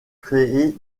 créé